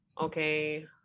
Okay